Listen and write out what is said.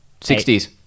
60s